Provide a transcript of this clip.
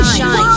Shine